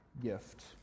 gift